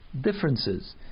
differences